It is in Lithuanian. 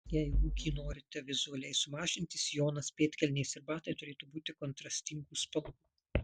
jei ūgį norite vizualiai sumažinti sijonas pėdkelnės ir batai turėtų būti kontrastingų spalvų